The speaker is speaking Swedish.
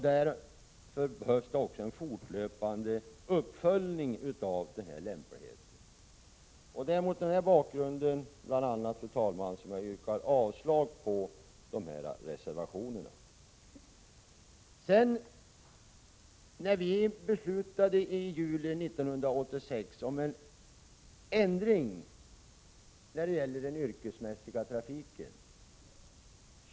Det behövs också en fortlöpande uppföljning av lämplighetsprövningen. Det är bl.a. mot bakgrund av detta som jag yrkar avslag på reservationerna. I juli 1986 beslutade vi om en ändring beträffande den yrkesmässiga trafiken.